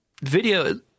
video